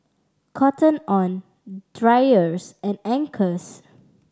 Cotton On Dreyers and Anchors